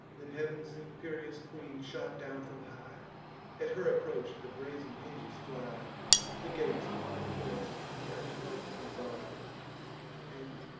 then heav'n's imperious queen shot down from high at her approach the brazen hinges fly the gates are forc'd, and ev'ry falling bar and,